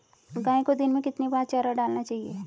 गाय को दिन में कितनी बार चारा डालना चाहिए?